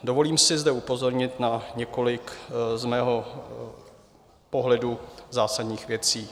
Dovolím si zde upozornit na několik z mého pohledu zásadních věcí.